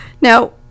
now